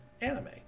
anime